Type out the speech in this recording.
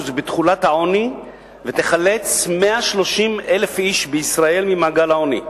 בתחולת העוני ותחלץ 130,000 איש בישראל ממעגל העוני.